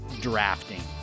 drafting